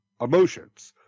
emotions